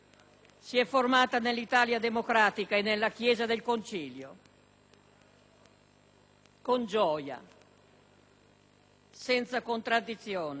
con gioia, senza contraddizione e con gratitudine per entrambe.